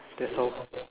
that's all